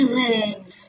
words